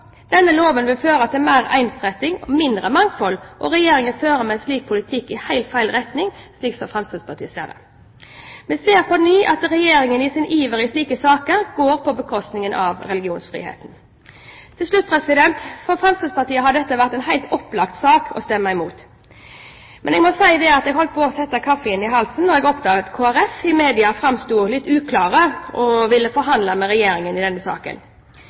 Denne loven vil føre til mer ensretting og mindre mangfold, og Regjeringen går da, med en slik politikk, i helt feil retning, slik Fremskrittspartiet ser det. Vi ser på ny at Regjeringens iver i slike saker går på bekostning av religionsfriheten. Til slutt: For Fremskrittspartiet har dette vært en helt opplagt sak å stemme imot. Men jeg må si at jeg holdt på å sette kaffen i halsen da jeg oppdaget at Kristelig Folkeparti i media framsto som litt uklar og ville forhandle med Regjeringen i denne saken.